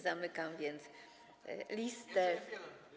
Zamykam więc listę.